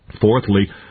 Fourthly